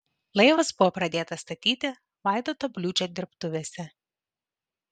laivas buvo pradėtas statyti vaidoto bliūdžio dirbtuvėse